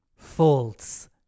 False